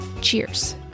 Cheers